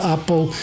Apple